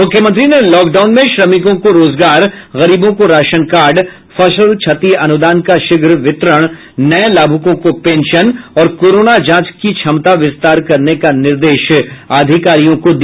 मुख्यमंत्री ने लॉकडाउन में श्रमिकों को रोजगार गरीबों को राशन कार्ड फसल क्षति अनुदान का शीघ्र वितरण नए लाभुकों को पेंशन और कोरोना जांच का क्षमता विस्तार करने का निर्देश भी अधिकारियों को दिया